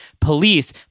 police